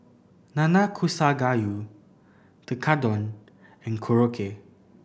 Nanakusa Gayu Tekkadon and Korokke